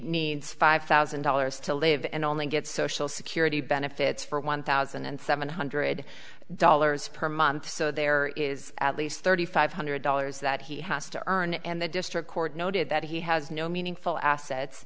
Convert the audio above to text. needs five thousand dollars to live and only get social security benefits for one thousand and seven hundred dollars per month so there is at least thirty five hundred dollars that he has to earn and the district court noted that he has no meaningful assets